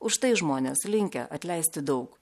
už tai žmonės linkę atleisti daug